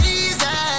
easy